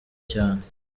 cyane